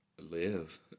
live